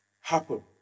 happen